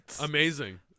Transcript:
amazing